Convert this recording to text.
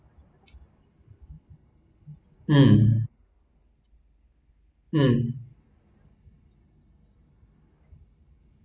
mm mm